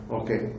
okay